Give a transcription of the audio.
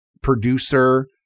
producer